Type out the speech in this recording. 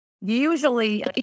Usually